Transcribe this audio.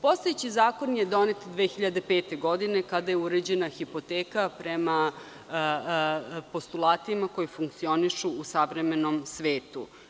Postojeći zakon je donet 2005. godine kada je uređena hipoteka prema postulatima koji funkcionišu u savremenom svetu.